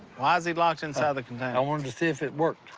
why is he locked inside the container? i wanted to see if it worked.